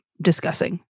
discussing